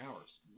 hours